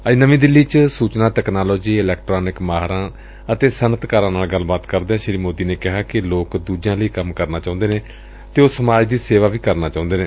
ਅੱਜ ਨਵੀਂ ਦਿੱਲੀ ਚ ਸੂਚਨਾ ਤਕਨਾਲੋਜੀ ਇਲੈਕਟਰਾਨਿਕ ਮਾਹਿਰਾਂ ਸੱਨਅਤਕਾਰਾਂ ਨਾਲ ਗੱਲਬਾਤ ਕਰਦਿਆਂ ਸੀ ਮੋਦੀ ਨੇ ਕਿਹਾ ਕਿ ਲੋਕ ਦੂਜਿਆਂ ਲਈ ਕੰਮ ਕਰਨਾ ਚਾਹੁੰਦੇ ਨੇ ਅਤੇ ਉਹ ਸਮਾਜ ਦੀ ਸੇਵਾ ਵੀ ਕਰਨਾ ਚਾਹੁੰਦੇ ਨੇ